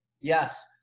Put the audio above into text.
Yes